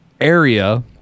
area